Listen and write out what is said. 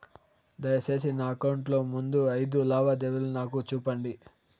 దయసేసి నా అకౌంట్ లో ముందు అయిదు లావాదేవీలు నాకు చూపండి